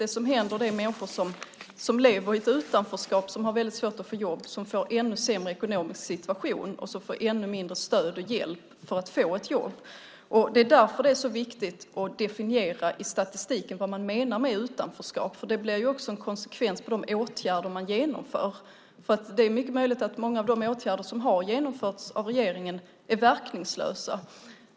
Det som händer med människor som lever i ett utanförskap och som har väldigt svårt att få jobb är att de får än sämre ekonomisk situation och får ännu mindre stöd och hjälp för att få ett jobb. Det är därför det är så viktigt att definiera i statistiken vad man menar med utanförskap. Det får också konsekvenser för de åtgärder man genomför. Det är mycket möjligt att många av de åtgärder som har genomförts av regeringen är verkningslösa.